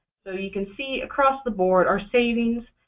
so you can see across the board our savings.